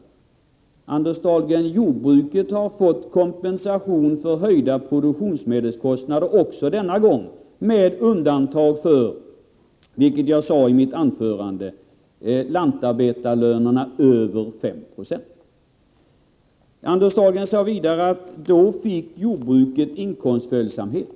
Jag vill säga: Jordbruket har fått kompensation för höjda produktionsmedelskostnader också denna gång — med undantag för lantarbetarlöner över 5 90, vilket jag nämnde i mitt anförande. Anders Dahlgren sade vidare: Då fick jordbruket inkomstföljsamhet.